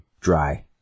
dry